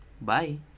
Bye